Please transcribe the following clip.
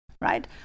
right